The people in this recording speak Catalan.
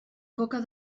coca